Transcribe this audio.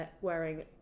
wearing